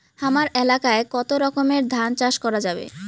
হামার এলাকায় কতো রকমের ধান চাষ করা যাবে?